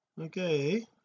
okay